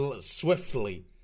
swiftly